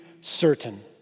certain